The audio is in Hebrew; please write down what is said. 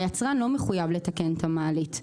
היצרן לא מחויב לתקן את המעלית.